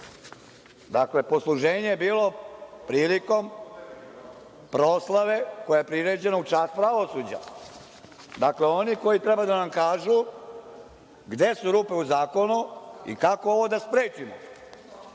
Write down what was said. Dakle, posluženje je bilo prilikom proslave koja je priređena u čast pravosuđa. Dakle, oni koji treba da nam kažu gde su rupe u zakonu i kako ovo da sprečimo.